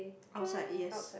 outside yes